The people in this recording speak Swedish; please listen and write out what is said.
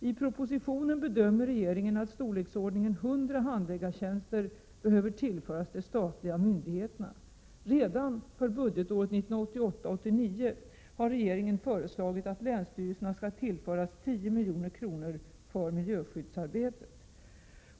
I propositionen bedömer regeringen att storleksordningen 100 handläggartjänster behöver tillföras de statliga myndigheterna. Redan för budgetåret 1988/89 har regeringen föreslagit att länsstyrelserna skall tillföras 10 milj.kr. för miljöskyddsarbetet.